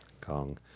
Kong